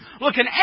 looking